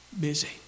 busy